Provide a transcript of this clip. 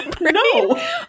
No